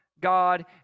god